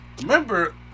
remember